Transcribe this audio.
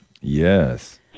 Yes